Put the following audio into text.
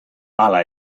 hala